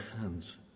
hands